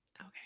Okay